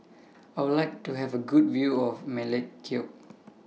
I Would like to Have A Good View of Melekeok